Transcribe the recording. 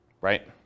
right